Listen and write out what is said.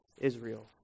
Israel